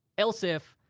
else if,